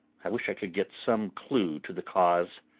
i wish i could get some clue to the cause.